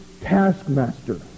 taskmaster